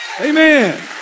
Amen